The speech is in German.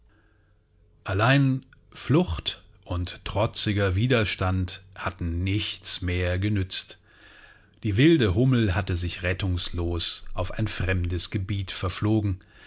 allein flucht und trotziger widerstand hatten nichts mehr genützt die wilde hummel hatte sich rettungslos auf ein fremdes gebiet verflogen